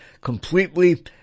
completely